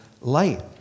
light